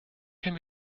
can